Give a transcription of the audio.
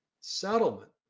settlement